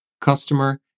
customer